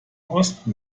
osten